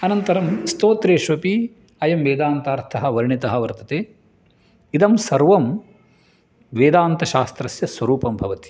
अनन्तरं स्तोत्रेषु अपि अयं वेदान्तार्थः वर्णितः वर्तते इदं सर्वं वेदान्तशास्त्रस्य स्वरूपं भवति